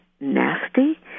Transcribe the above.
nasty